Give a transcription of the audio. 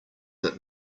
that